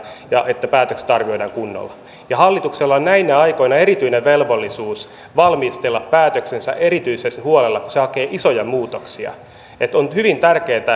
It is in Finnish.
voitteko lisäksi tarkentaa sitä minkä verran on näinä aikoina erityinen velvollisuus valmistella päätöksensä tarkoitus laajentaa tätä erbilin koulutusoperaatiota ja libanonin operaatiota